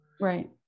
Right